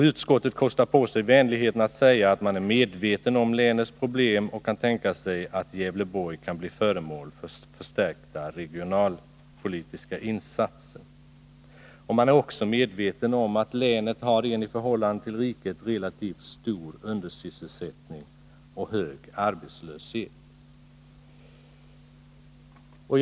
Utskottet kostar på sig vänligheten att säga att man är medveten om länets problem och kan tänka sig att Gävleborg kan bli föremål för förstärkta regionalpolitiska insatser. Man är också medveten om att länet har en i förhållande till riket jämförelsevis stor undersysselsättning och hög arbetslöshet.